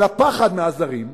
של הפחד מהזרים.